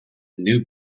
new